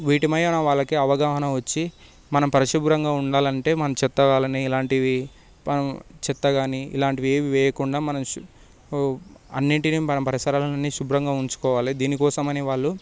వీటిపైన వాళ్ళకి అవగాహన వచ్చి మన పరిశుభ్రంగా ఉండాలంటే మనం చెత్త కాని ఇలాంటివి చెత్త కాని ఇలాంటివి ఏమి వేయకుండా మనం అన్నిటినీ మన పరిసరాలను శుభ్రంగా ఉంచుకోవాలి దీనికోసం అని వాళ్ళు